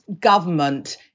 government